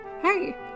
Hey